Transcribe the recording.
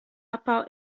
abbau